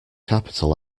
capital